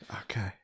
Okay